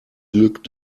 glück